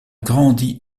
grandi